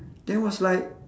then was like